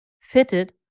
fitted